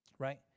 right